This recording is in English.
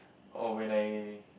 oh when I